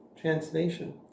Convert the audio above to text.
Translation